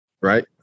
right